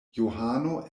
johano